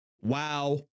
wow